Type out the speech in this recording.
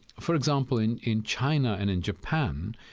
for example, in in china and in japan,